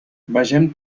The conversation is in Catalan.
vegem